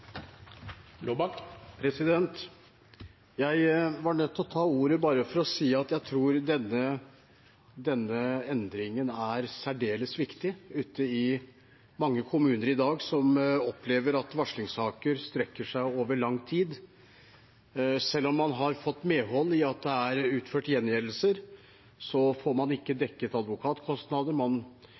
Jeg var nødt til å ta ordet bare for å si at jeg tror denne endringen er særdeles viktig ute i mange kommuner i dag som opplever at varslingssaker strekker seg over lang tid. Selv om man har fått medhold i at det er utført gjengjeldelser, får man ikke dekket advokatkostnader, man